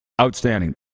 Outstanding